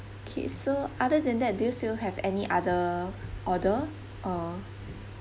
K so other than that do you still have any other order uh